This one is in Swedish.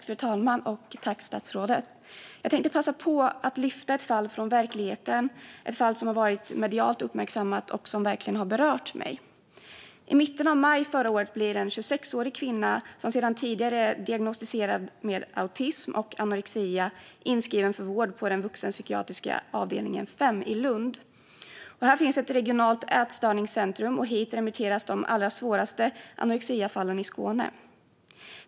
Fru talman och statsrådet! Jag tänkte passa på att lyfta ett fall från verkligheten, ett fall som har varit medialt uppmärksammat och som verkligen har berört mig. I mitten av maj förra året blir en 26-årig kvinna, som sedan tidigare är diagnostiserad med autism och anorexi, inskriven för vård på den vuxenpsykiatriska avdelningen 5 i Lund. Här finns ett regionalt ätstörningscentrum, och hit remitteras de allra svåraste anorexifallen i Skåne.